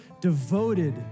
devoted